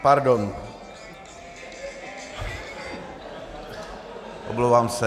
Pardon, omlouvám se.